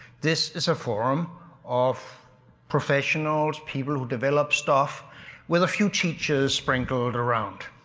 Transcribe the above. this is a forum of professionals, people who develop stuff with a few teachers sprinkled around.